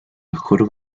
mejor